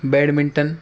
badminton